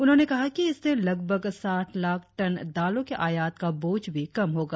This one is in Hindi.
उन्होंने कहा कि इससे लगभग साठ लाख टन दालों के आयात का बोझ भी कम होगा